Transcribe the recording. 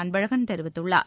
அன்பழகன் தெரிவித்துள்ளார்